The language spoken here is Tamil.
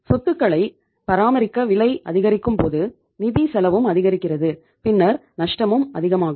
சொத்துக்களை பராமரிக்க விலை அதிகரிக்கும்போது நிதி செலவும் அதிகரிக்கிறது பின்னர் நஷ்டமும் அதிகமாகும்